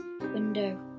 window